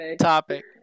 topic